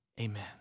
Amen